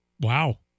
Wow